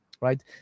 right